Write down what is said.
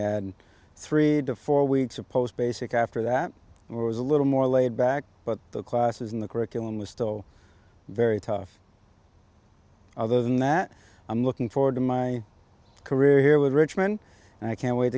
had three to four weeks of post basic after that it was a little more laid back but the classes in the curriculum was still very tough other than that i'm looking forward to my career here with richmond and i can't wait